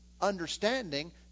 understanding